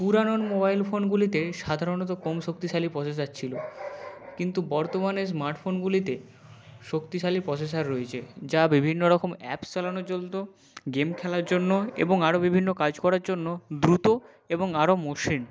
পুরানো মোবাইল ফোনগুলিতে সাধারণত কম শক্তিশালী পসেসার ছিলো কিন্তু বর্তমানে স্মার্টফোনগুলিতে শক্তিশালী প্রোসেসার রয়েছে যা বিভিন্ন রকম অ্যাপস চালানো চলতো গেম খেলার জন্য এবং আরও বিভিন্ন কাজ করার জন্য দ্রুত এবং আরও মসৃণ